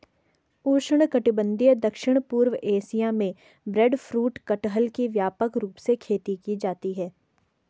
उष्णकटिबंधीय दक्षिण पूर्व एशिया में ब्रेडफ्रूट कटहल की व्यापक रूप से खेती की जाती है